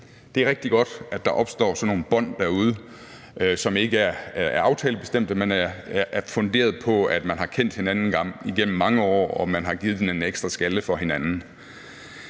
Det er rigtig godt, at der opstår sådan nogle bånd derude, som ikke er aftalebestemte, men er funderet på, at man har kendt hinanden igennem mange år, og at man har givet den en ekstra skalle for hinanden.